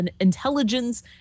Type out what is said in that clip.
intelligence